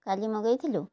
କାଲି ମଗେଇଥିଲୁ